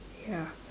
ya